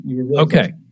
Okay